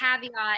caveat